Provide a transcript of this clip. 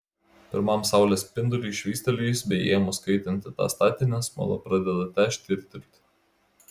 pirmam saulės spinduliui švystelėjus bei ėmus kaitinti tą statinį smala pradeda težti ir tirpti